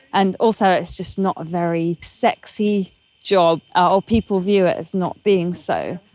and also it's just not very sexy job, or people view it as not being so,